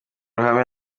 ruhame